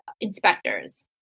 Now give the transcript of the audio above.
inspectors